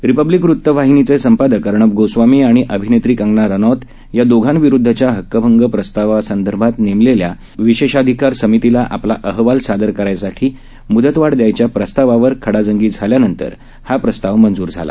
रिपब्लिकवत्तवाहिनीचेसंपादकअर्णबगोस्वामीआणिअभिनेत्रीकंगनारनौतयादोघांविरुदधच्याहक्कभंगप्रस्ता वासंदर्भातनेमलेल्याविशेषाधिकारसमितीलाआपलाअहवालसादरकरण्यासाठीमुदतवाढदयायच्याप्रस्तावावर खडाजंगीजाल्यानंतरहाप्रस्तावमंज्रझाला